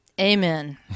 Amen